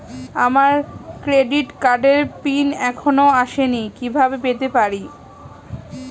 আমার ক্রেডিট কার্ডের পিন এখনো আসেনি কিভাবে পেতে পারি?